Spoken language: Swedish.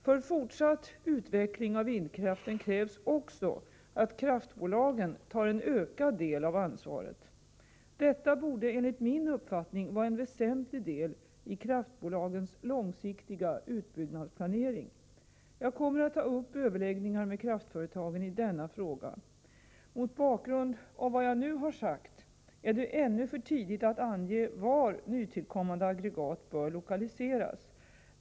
För fortsatt utveckling av vindkraften krävs också att kraftbolagen tar en ökad del av ansvaret. Detta borde enligt min uppfattning vara en väsentlig del i kraftbolagens långsiktiga utbyggnadsplanering. Jag kommer att ta upp överläggningar med kraftföretagen i denna fråga. Mot bakgrund av vad jag nu har sagt är det ännu för tidigt att ange var nytillkommande aggregat bör lokaliseras.